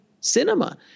cinema